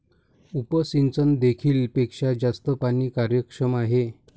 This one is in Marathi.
उपसिंचन देखील पेक्षा जास्त पाणी कार्यक्षम आहे